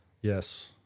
Yes